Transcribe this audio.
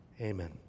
Amen